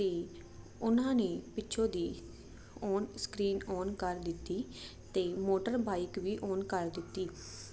ਤੇ ਉਹਨਾਂ ਨੇ ਪਿੱਛੋਂ ਦੀ ਆਨ ਸਕਰੀਨ ਆਨ ਕਰ ਦਿੱਤੀ ਤੇ ਮੋਟਰ ਬਾਈਕ ਵੀ ਓਨ ਕਰ ਦਿੱਤੀ ਤੇ